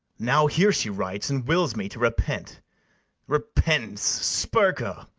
now here she writes, and wills me to repent repentance! spurca!